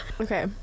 Okay